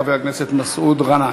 חבר הכנסת מסעוד גנאים.